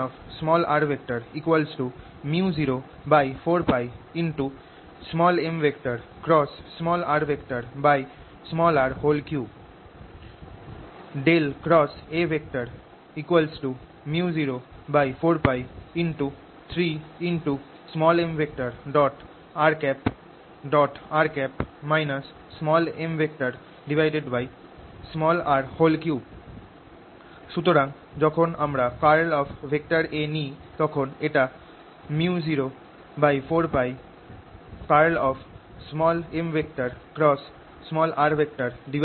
A µ04πm × rr3 xA µ04π 3mrr mr3 সুতরাং যখন আমরা কার্ল অফ A নি তখন এটা µ04πxm × rr3 দেয়